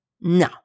no